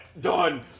Done